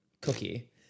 cookie